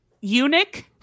eunuch